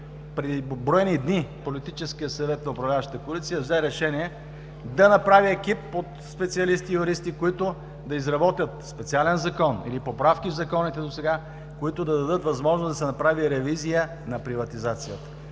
преди броени дни Политическият съвет на управляващата коалиция взе решение да направи екип от специалисти юристи, които да изработят специален закон или поправки в законите до сега, които да дадат възможност да се направи ревизия на приватизацията,